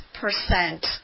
percent